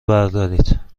بردارید